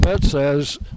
says